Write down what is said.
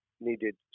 needed